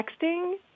Texting